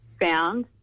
found